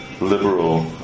liberal